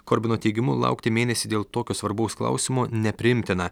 korbino teigimu laukti mėnesį dėl tokio svarbaus klausimo nepriimtina